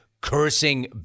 cursing